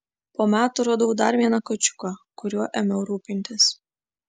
po metų radau dar vieną kačiuką kuriuo ėmiau rūpintis